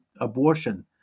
abortion